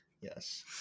Yes